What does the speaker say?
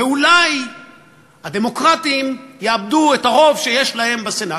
ואולי הדמוקרטים יאבדו את הרוב שיש להם בסנאט,